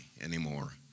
anymore